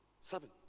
Seven